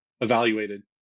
evaluated